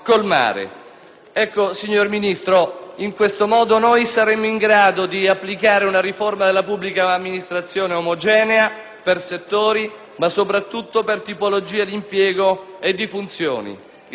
signor Ministro, in questo modo saremo in grado di applicare una riforma della pubblica amministrazione omogenea per settori, ma soprattutto per tipologia impiego e di funzioni.